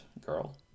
girl